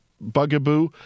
bugaboo